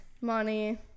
Money